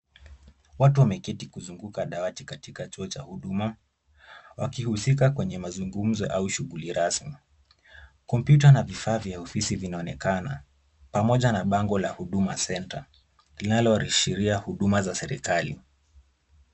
Watu wameketi kuzunguka dawati katika kituo cha huduma, wakihusika kwenye mazungumzo au shughuli rasmi. Kompyuta na vifaa vya ofisi vinaonekana pamoja na bango la Huduma Centre linaloashiria huduma za serikali.